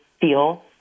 feel